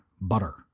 Butter